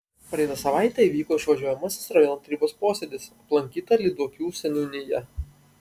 praeitą savaitę įvyko išvažiuojamasis rajono tarybos posėdis aplankyta lyduokių seniūnija